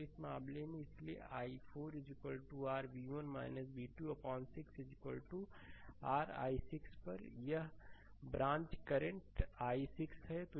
तो इस मामले में इसलिए i4 r v1 v2 अपान 6 r i6 पर है कि यह ब्रांच करंट i6 है